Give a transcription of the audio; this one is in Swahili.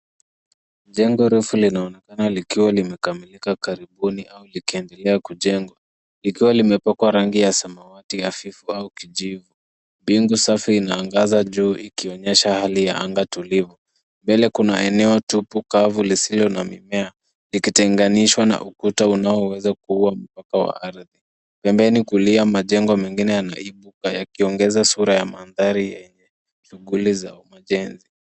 Jengo refu linaonekana likiwa limekamilika karibuni au likiendelea kujengwa, likiwa limepakwa rangi ya samawati hafifu au kijivu. Mbingu safi inaangaza juu ikionyesha hali ya anga tulivu. Mbele kuna eneo topu kavu lisilo na mimea, ikitenganishwa na ukuta inayoweza kua mpaka wa ardhi. Pembeni kulia kuna majengo mengine yakiongeza sura ya mandhari yenye shughuli ya ujenzi.